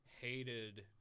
hated